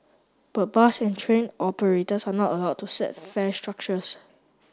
but bus and train operators are not allowed to set fare structures